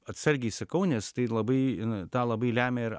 atsargiai sakau nes tai labai na tą labai lemia ir